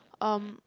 um